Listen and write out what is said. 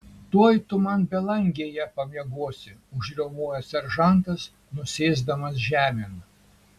tuoj tu man belangėje pamiegosi užriaumojo seržantas nusėsdamas žemėn